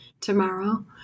Tomorrow